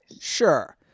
Sure